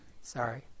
Sorry